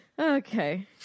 Okay